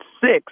six